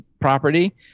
property